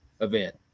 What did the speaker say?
event